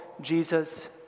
Jesus